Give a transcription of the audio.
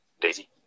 DAISY